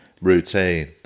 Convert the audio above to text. routine